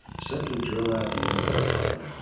simply drill out the end of the pipe,